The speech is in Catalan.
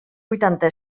vuitanta